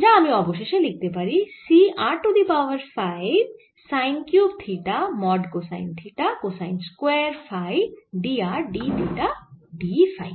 যা আমি অবশেষে লিখতে পারি C r to the power 5 sine cube theta mod cosine theta cosine square phi d r d theta d phi